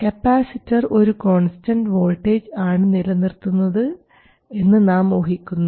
capacitor ഒരു constant voltage ആണ് നിലനിർത്തുന്നതെന്ന് നാം ഊഹിക്കുന്നു